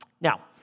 Now